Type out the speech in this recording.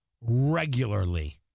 regularly